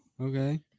Okay